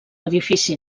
edifici